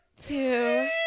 two